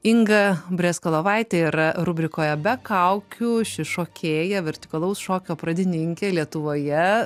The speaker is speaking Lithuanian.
inga briazkalovaitė yra rubrikoje be kaukių ši šokėja vertikalaus šokio pradininkė lietuvoje